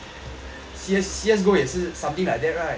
C_S C_S go 也是 something like that right